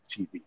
tv